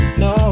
no